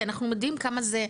כי אנחנו יודעים כמה זה דחוף.